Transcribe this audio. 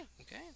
okay